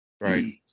Right